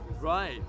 Right